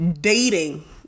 dating